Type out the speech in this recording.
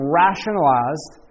rationalized